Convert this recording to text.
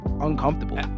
uncomfortable